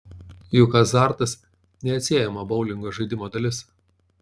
juk azartas neatsiejama boulingo žaidimo dalis